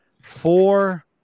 four